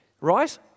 right